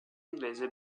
inglese